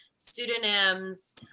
pseudonyms